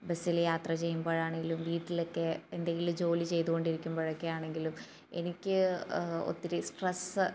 ബസ്സിൽ യാത്ര ചെയ്യുമ്പോഴാണെങ്കിലും വീട്ടിലൊക്കെ എന്തെങ്കിലും ജോലി ചെയ്തു കൊണ്ടിരിക്കുമ്പോഴൊക്കെ ആണെങ്കിലും എനിക്ക് ഒത്തിരി സ്ട്രസ്സ്